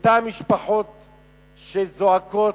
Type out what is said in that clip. אותן משפחות שזועקות,